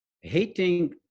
hating